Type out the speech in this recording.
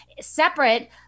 Separate